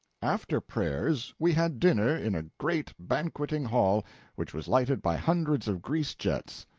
after prayers we had dinner in a great banqueting hall which was lighted by hundreds of grease-jets,